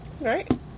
Right